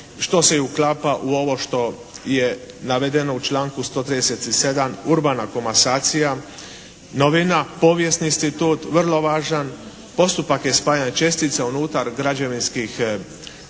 Što je i uklapa u ovo što je navedeno u članku 137. urbana komasacija. Novina, povijesni institut, vrlo važan. Postupak je spajanje čestica unutar građevinskog zemljišta